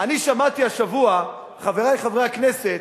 אני שמעתי השבוע, חברי חברי הכנסת,